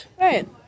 Right